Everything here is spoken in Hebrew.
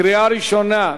קריאה ראשונה,